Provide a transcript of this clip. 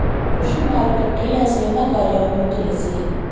ಕೃಷಿ ಮಾರುಕಟ್ಟೆಯ ಸೇವಾ ಕಾರ್ಯವನ್ನು ತಿಳಿಸಿ?